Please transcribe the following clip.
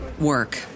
work